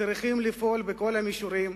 צריכים לפעול בכל המישורים